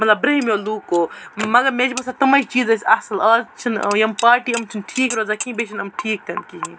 مطلب برہمَو لوٗکَو مگر مےٚ چھِ باسان تِمٕے چیٖز ٲسۍ اَصٕل آز چھِنہٕ یِم پارٹی یِم چھِنہٕ ٹھیٖک روزان کِہیٖنۍ بیٚیہِ چھِنہٕ یِم ٹھیٖک تِنہٕ کِہیٖنۍ